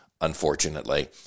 unfortunately